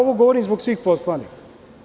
Ovo govorim zbog svih poslanika.